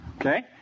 Okay